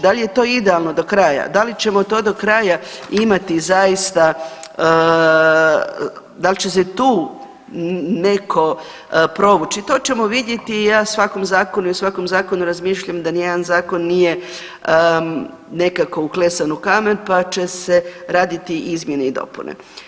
Da li je to idealno do kraja, da li ćemo to do kraja imati zaista, da li će se tu netko provući to ćemo vidjeti i ja svakom zakonu i o svakom zakonu razmišljam da ni jedan zakon nije nekako uklesan u kamen pa će se raditi izmjene i dopune.